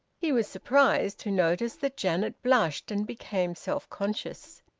he was surprised to notice that janet blushed and became self-conscious.